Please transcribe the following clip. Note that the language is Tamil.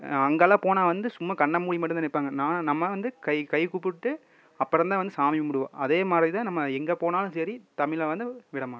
அங்கேலாம் போன வந்து சும்மா கண்ணமூடி மட்டும்தான் நிற்பாங்க நான் நம்ப வந்து கை கை குப்பிட்டு அப்புறம் தான் வந்து சாமி கும்பிடுவோம் அதேமாதிரிதான் நம்ப எங்கே போனாலும் சரி தமிழை வந்து விடமாட்டோம்